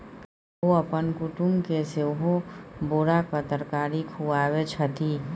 ओ अपन कुटुमके सेहो बोराक तरकारी खुआबै छथि